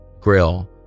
grill